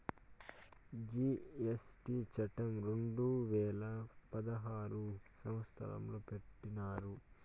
GST చట్టం రెండు వేల పదహారు సంవత్సరంలో పెట్టినారు